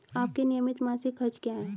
आपके नियमित मासिक खर्च क्या हैं?